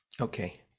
Okay